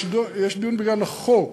יש דיון בגלל החוק,